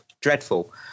dreadful